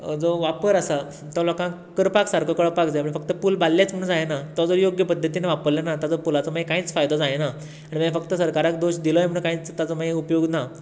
जो वापर आसा तो लोकांक करपाक सारको कळपाक जाय म्हळ्या फक्त पूल बांदलेच म्हुणू जायना तो जर योग्य पद्दतीन वापरले ना ताजो पुलाचो मागीर कांयच फायदो जायना ते फक्त सरकाराक दोश दिलोय म्हण कांयच ताजो मागीर उपयोग ना